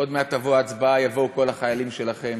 עוד מעט תבוא ההצבעה, יבואו כל החיילים שלכם.